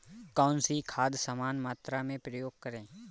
कौन सी खाद समान मात्रा में प्रयोग करें?